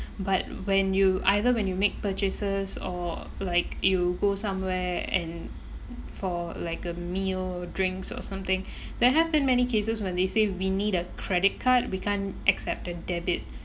but when you either when you make purchases or like you go somewhere and for like a meal drinks or something there have been many cases when they say we need a credit card we can't accept a debit